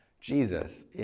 Jesus